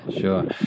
sure